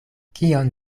kion